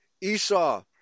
Esau